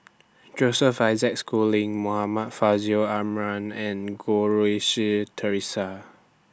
Joseph Isaac Schooling Muhammad Faishal Ibrahim and Goh Rui Si Theresa